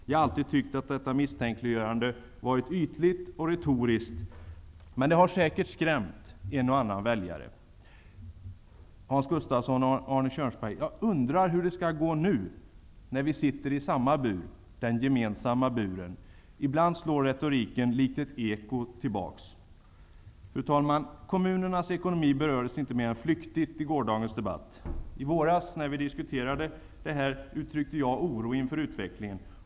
Jag har alltid tyckt att detta misstänkliggörande varit ytligt och retoriskt, men det har säkert skrämt en och annan väljare. Hans Gustafsson och Arne Kjörnsberg! Jag undrar hur det skall gå nu, när vi sitter i samma bur -- den gemensamma buren! Ibland slår retoriken likt ett eko tillbaks! Fru talman! Kommunernas ekonomi berördes inte mer än flyktigt i gårdagens debatt. I våras när vi diskuterade kommunernas ekonomi uttryckte jag oro inför utvecklingen.